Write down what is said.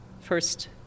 First